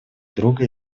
друга